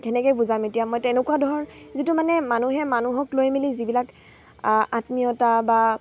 কেনেকে বুজাম এতিয়া মই তেনেকুৱা ধৰণৰ যিটো মানে মানুহে মানুহক লৈ মেলি যিবিলাক আত্মীয়তা বা